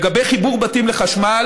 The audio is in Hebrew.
לגבי חיבור לחשמל,